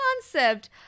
concept